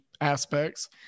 aspects